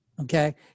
Okay